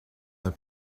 leur